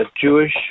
Jewish